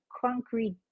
concrete